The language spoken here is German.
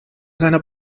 seiner